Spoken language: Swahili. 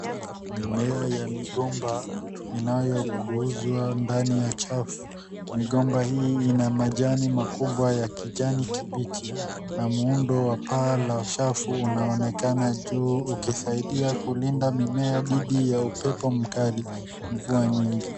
Mimea ya migomba inayokuuzwa ndani ya chafu. Migomba hii ina majani makubwa ya kijani kibichi. Na muundo wa paa la chafu unaonekana juu ukisaidia kulinda mimea dhidi ya upepo mkali, mvua nyingi.